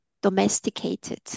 domesticated